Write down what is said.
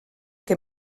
que